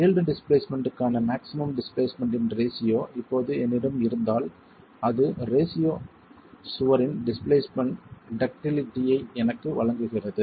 yield displacement க்கான maximum displacement இன் ratio இப்போது என்னிடம் இருந்தால் அந்த ரேஷியோ சுவரின் டிஸ்பிளேஸ்மென்ட் டக்டிலிட்டியை எனக்கு வழங்குகிறது